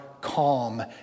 calm